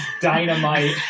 dynamite